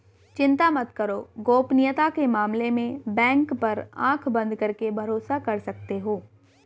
चिंता मत करो, गोपनीयता के मामले में बैंक पर आँख बंद करके भरोसा कर सकते हो